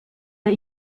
der